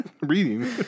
Reading